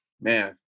man